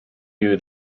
you